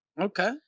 Okay